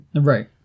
Right